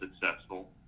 successful